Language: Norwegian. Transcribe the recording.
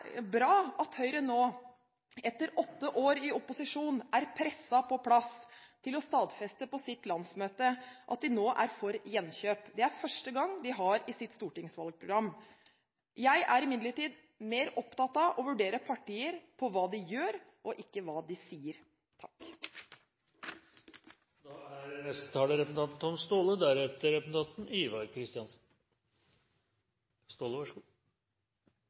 bra at Høyre nå, etter åtte år i opposisjon, er presset på plass til å stadfeste på sitt landsmøte at de er for gjenkjøp. Det er første gang de har det i sitt stortingsvalgprogram. Jeg er imidlertid mer opptatt av å vurdere partier etter hva de gjør, og ikke hva de sier. Først har jeg lyst til å gi honnør til representanten